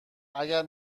اگر